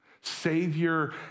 Savior